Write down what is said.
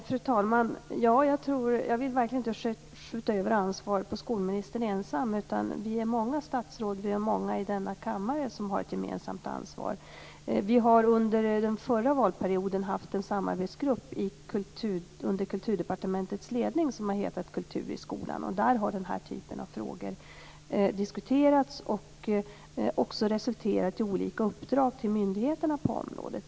Fru talman! Jag vill verkligen inte skjuta över ansvaret på skolministern ensam, utan vi är många statsråd och många i denna kammare som har ett gemensamt ansvar. Vi har under den förra valperioden haft en samarbetsgrupp under Kulturdepartementets ledning, Kulturen i skolan, och där har den här typen av frågor diskuterats och också resulterat i olika uppdrag till myndigheterna på området.